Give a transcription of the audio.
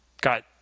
Got